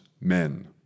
men